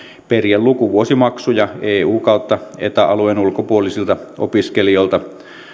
periä lukuvuosimaksuja eu ja eta alueen ulkopuolisilta opiskelijoilta